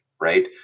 right